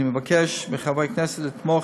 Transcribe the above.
אני מבקש מחברי הכנסת לתמוך